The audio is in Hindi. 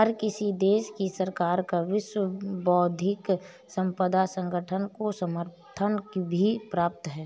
हर किसी देश की सरकार का विश्व बौद्धिक संपदा संगठन को समर्थन भी प्राप्त है